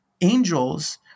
angels –